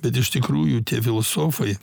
bet iš tikrųjų tie filosofai